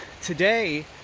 today